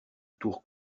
tour